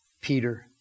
Peter